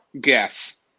guess